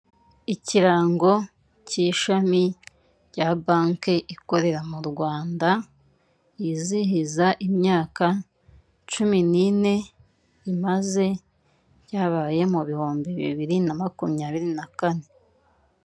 Ikirango cy'ishami rya banki ikorera mu Rwanda, yizihiza imyaka cumi n'ine imaze, byabaye mu bihumbi bibiri na makumyabiri na kane.